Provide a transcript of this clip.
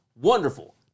Wonderful